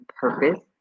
purpose